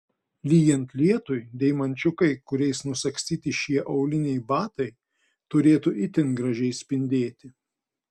lyjant lietui deimančiukai kuriais nusagstyti šie auliniai batai turėtų itin gražiai spindėti